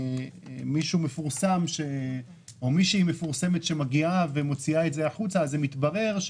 מישהו מפורסם או מישהי מפורסמת שמגיעה ומוציאה את זה החוצה אז זה מתברר.